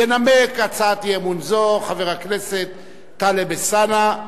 ינמק הצעת אי-אמון זו חבר הכנסת טלב אלסאנע,